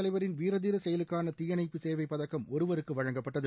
தலைவரின வீரதீர செயலுக்ககான தீயணைப்பு சேவை பதக்கம் ஒருவருக்கு குடியரசுத் வழங்கப்பட்டது